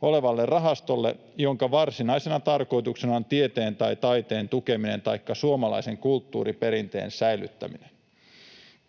olevalle rahastolle, jonka varsinaisena tarkoituksena on tieteen tai taiteen tukeminen taikka suomalaisen kulttuuriperinteen säilyttäminen.